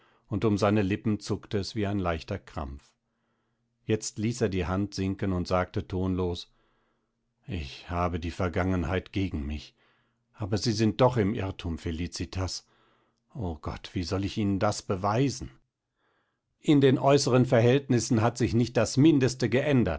und um seine lippen zuckte es wie ein leichter krampf jetzt ließ er die hand sinken und sagte tonlos ich habe die vergangenheit gegen mich aber sie sind doch im irrtum felicitas o gott wie soll ich ihnen das beweisen in den äußeren verhältnissen hat sich nicht das mindeste geändert